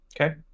Okay